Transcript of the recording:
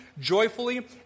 joyfully